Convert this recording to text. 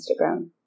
instagram